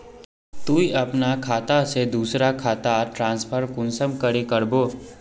तुई अपना खाता से दूसरा खातात ट्रांसफर कुंसम करे करबो?